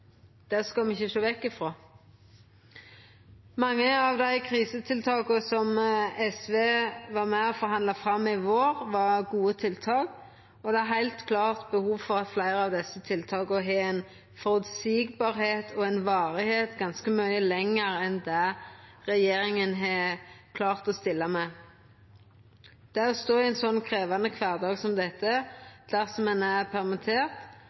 Det skal me ikkje sjå vekk frå. Mange av dei krisetiltaka som SV var med og forhandla fram i vår, var gode tiltak, og det er heilt klart behov for at fleire av desse tiltaka er føreseielege og varer ganske mykje lenger enn det regjeringa har klart å stilla med. Dersom ein står i ein slik krevjande kvardag som dette og er